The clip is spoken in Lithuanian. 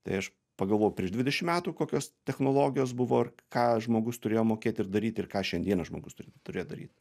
tai aš pagalvojau prieš dvidešim metų kokios technologijos buvo ir ką žmogus turėjo mokėti ir daryti ir ką šiandieną žmogus turės daryt